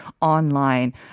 online